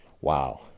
Wow